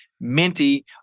minty